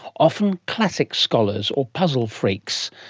often, classic scholars or puzzle freaks.